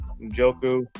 Joku